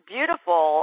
Beautiful